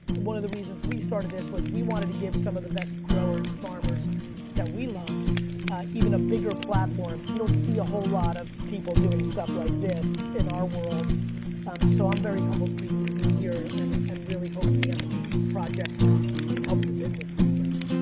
one of the reasons we started this was we wanted to give some of the best growers, farmers that we loved even a bigger platform, you don't see a whole lot of people doing stuff like this in our world um so i'm very humbled for you to be here and and really hope that the empathy project can help your business to be frank.